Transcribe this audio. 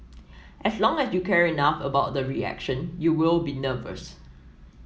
as long as you care enough about the reaction you will be nervous